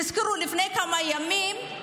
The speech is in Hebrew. תזכרו, לפני כמה ימים,